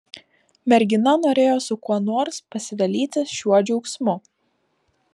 mergina norėjo su kuo nors pasidalyti šiuo džiaugsmu